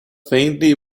faintly